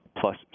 plus